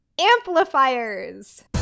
amplifiers